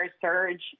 surge